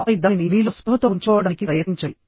ఆపై దానిని మీలో స్పృహతో ఉంచుకోవడానికి ప్రయత్నించండి